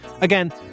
Again